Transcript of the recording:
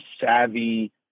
savvy